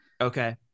Okay